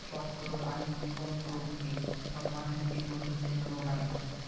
chalkbrood आणि stonebrood हे मधमाशांचे बुरशीजन्य रोग आहेत